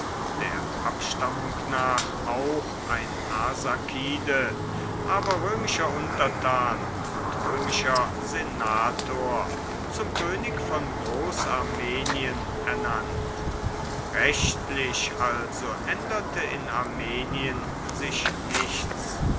der abstammung nach auch ein arsakide aber römischer untertan und römischer senator zum könig von groß armenien ernannt rechtlich also änderte in armenien sich nichts